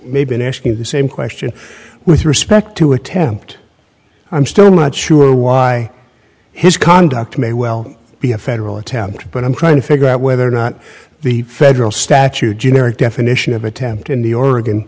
asking the same question with respect to attempt i'm still not sure why his conduct may well be a federal attempt but i'm trying to figure out whether or not the federal statute generic definition of attempt in the oregon